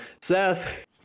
Seth